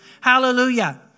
Hallelujah